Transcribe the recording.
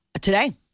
Today